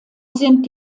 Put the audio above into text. sind